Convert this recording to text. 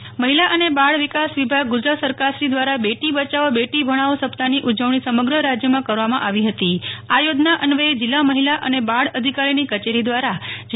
બાળ વિકાસ મફિલા અને બ્રાળે વિકાસ વિભાગ ગુજરાત સરકારશ્રી દ્વારા બેટી બચાવો બેટી ભણાવો સપ્તાફની ઉજવણી સમગ્ર રાજ્યમાં કરવામાં આવી ફતી આ ચીજના અન્વયે જિલ્લા મહિલા અને બાળ અધિકારીની ક્રચેરી દ્વારો જી